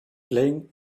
playing